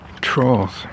trolls